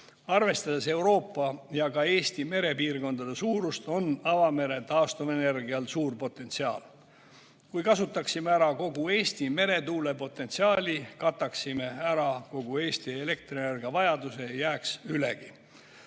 Arvestades Euroopa ja ka Eesti merepiirkondade suurust, on avamere taastuvenergial suur potentsiaal. Kui kasutaksime ära kogu Eesti meretuulepotentsiaali, kataksime ära kogu Eesti elektrienergiavajaduse ja jääks ülegi.